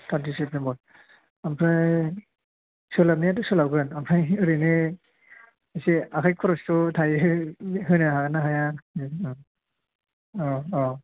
thirty September आमफ्राय सोलाबनायाथ' सोलाबगोन आमफ्राय ओरैनो एसे आखाय खरसथ' थायो होनो हागोनना हाया औ औ